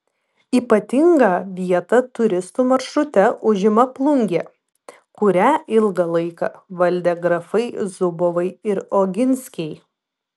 ypatingą vietą turistų maršrute užima plungė kurią ilgą laiką valdė grafai zubovai ir oginskiai